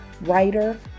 writer